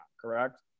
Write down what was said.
correct